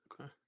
Okay